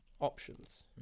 options